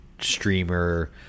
streamer